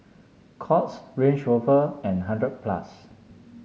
Courts Range Rover and hundred plus